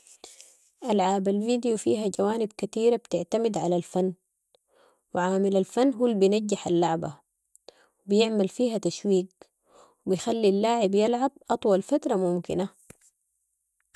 العاب الفيديو فيها جوانب كتيرة بتعمتد علي الفن و عامل الفن هو البنجح اللعبة، بيعمل فيها تشويق و يخلي اللاعب يلعب اطول فترة ممكنه.